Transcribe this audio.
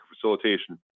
facilitation